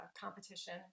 competition